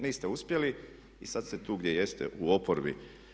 Niste uspjeli i sad ste tu gdje jeste u oporbi.